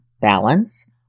balance